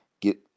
get